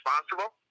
responsible